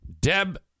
Deb